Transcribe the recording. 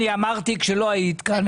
אמרתי כאשר לא היית כאן,